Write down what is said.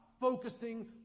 focusing